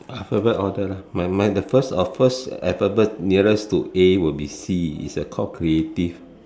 alphabet order lah mine mine the first of first alphabet nearest to A will be C it's called creative